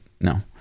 no